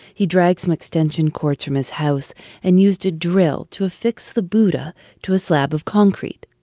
he dragged some extension cords from his house and used a drill to affix the buddha to a slab of concrete.